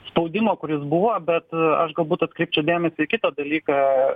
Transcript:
spaudimo kuris buvo bet aš galbūt atkreipčiau dėmesį į kitą dalyką